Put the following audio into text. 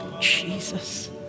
Jesus